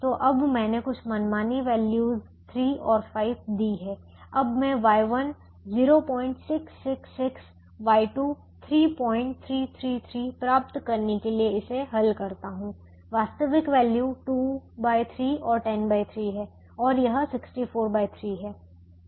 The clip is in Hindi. तो अब मैंने कुछ मनमानी वैल्यू 3 और 5 दी हैं अब मैं Y1 0666 Y2 3333 प्राप्त करने के लिए इसे हल करता हूं वास्तविक वैल्यू 23 और 103 हैं और यह 643 है